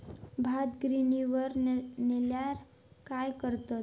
भात गिर्निवर नेल्यार काय करतत?